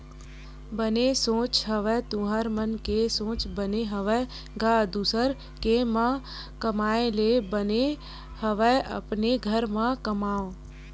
बने सोच हवस तुँहर मन के सोच बने हवय गा दुसर के म कमाए ले बने हवय अपने घर म कमाओ